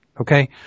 Okay